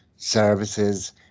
services